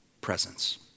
Presence